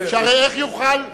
הלוואי שזה היה כל כך ברור.